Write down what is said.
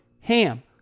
HAM